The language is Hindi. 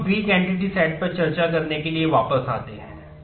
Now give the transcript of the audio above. अब हम वीक एंटिटी सेट्स पर चर्चा करने के लिए वापस जाते हैं